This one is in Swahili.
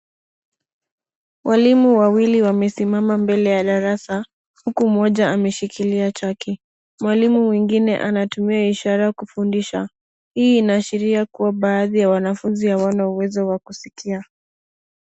Walimu wawili wamesimama mbele ya darasa huku mwengine ameshilkilia chaki. Mwalimu mwengine anatumia ishara kufundisha. Hii inaashiria kuwa baadhi ya wanafunzi hawana uwezo wa kuskia.